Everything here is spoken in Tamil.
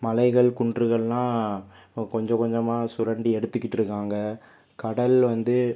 மலைகள் குன்றுகளாம் கொஞ்சம் கொஞ்சமாக சுரண்டி எடுத்துக்கிட்டுருக்காங்க கடல் வந்து